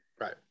Right